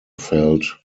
felt